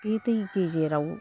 बे दै गेजेराव